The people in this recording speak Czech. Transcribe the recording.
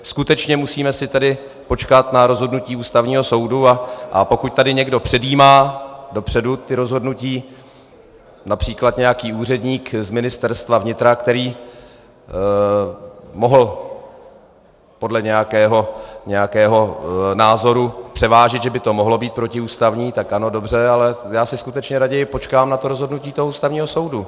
Skutečně musíme si tady počkat na rozhodnutí Ústavního soudu, a pokud tady někdo předjímá dopředu ta rozhodnutí, například nějaký úředník z Ministerstva vnitra, který mohl podle nějakého názoru převážit, že by to mohlo být protiústavní, tak ano, dobře, ale já si skutečně raději potkám na to rozhodnutí Ústavního soudu.